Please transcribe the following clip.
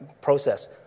process